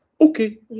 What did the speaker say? okay